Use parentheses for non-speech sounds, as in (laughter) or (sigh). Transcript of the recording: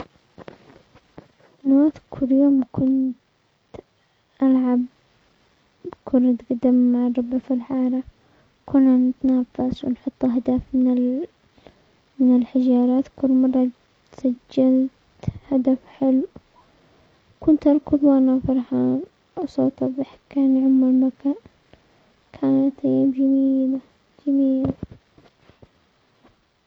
هالوقت كل يوم كنت العب كرة قدم مع (unintelligible) في الحارة كنا نتنافس و نحط اهدافنا من الحجارات كل مرة سجلت هدف حلو كنت اركض و انا فرحان و صوت ضحك كان يعم المكان، كانت ايام جميلة-جميلة.